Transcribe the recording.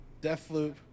Deathloop